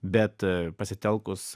bet pasitelkus